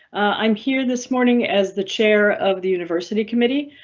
i'm here this morning as the chair of the university committee.